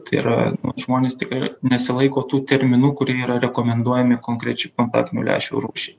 tai yra žmonės tikrai nesilaiko tų terminų kurie yra rekomenduojami konkrečių kontaktinių lęšių rūšiai